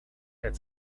had